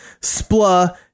Spla